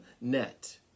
net